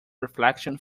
reflection